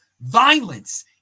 violence